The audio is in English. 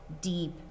deep